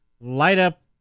light-up